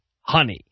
honey